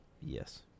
Yes